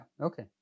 okay